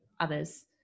others